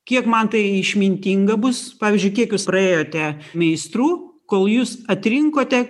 kiek man tai išmintinga bus pavyzdžiui kiek jūs praėjote meistrų kol jūs atrinkote